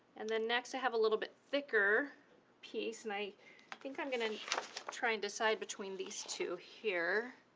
and then next i have a little bit thicker piece and i think i'm gonna try and decide between these two here.